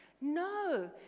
No